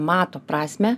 mato prasmę